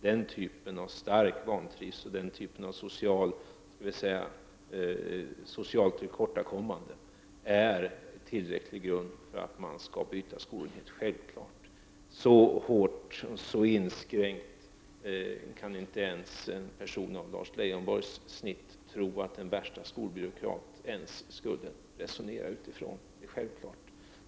Den typen av stark vantrivsel och socialt tillkortakommande är självfallet tillräcklig grund för att man skall få byta skola. Så hårt och så inskränkt kan inte ens en person av Lars Leijonborgs snitt tro att den värsta skolbyråkrat skulle resonera.